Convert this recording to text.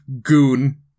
goon